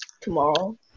tomorrow